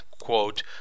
quote